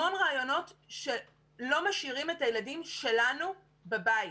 המון רעיונות שלא משאירים את הילדים שלנו בבית.